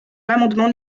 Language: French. l’amendement